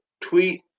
tweet